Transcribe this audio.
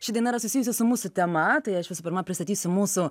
ši daina yra susijusi su mūsų tema tai aš visų pirma pristatysiu mūsų